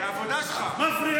זו העבודה שלך.